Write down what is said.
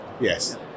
Yes